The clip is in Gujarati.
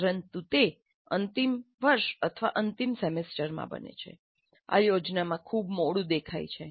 પરંતુ તે અંતિમ વર્ષ અથવા અંતિમ સેમેસ્ટરમાં બને છે આ યોજનામાં ખૂબ મોડું દેખાય છે